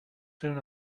soon